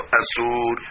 asur